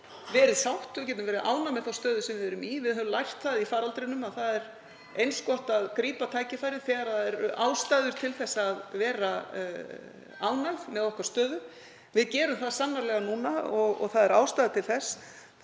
verið sátt. Við getum verið ánægð með þá stöðu sem við erum í. Við höfum lært það í faraldrinum að það er eins gott að grípa tækifærið þegar ástæður eru til að vera ánægð með stöðu okkar. Við gerum það sannarlega núna og það er ástæða til þess.